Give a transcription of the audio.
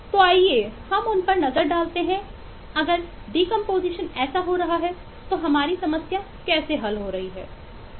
तो आइए हम उन पर एक नज़र डालते हैं अगर डीकंपोजीशन ऐसे हो रहा है तो हमारी समस्या कैसे हल हो रही है